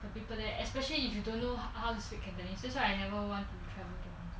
internet especially if you don't know how to speak cantonese that's why I never want to go